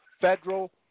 federal